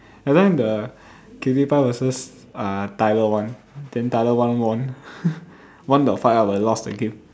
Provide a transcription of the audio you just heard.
that time the qtpie versus uh tyler-one then tyler-one won won the fight ah but lost the game